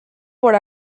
por